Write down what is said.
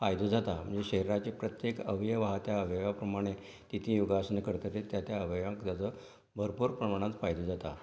फायदो जाता म्हणजे शरिराच्या प्रत्येक अवयव आहा त्या अवयवा प्रमाणें तीं तीं योगासनां करतकीर त्या त्या अवयवांक ताचो भरपूर प्रमाणांत फायदो जाता